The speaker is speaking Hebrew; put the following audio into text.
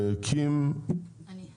מי זאת קים בלילטי?